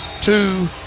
two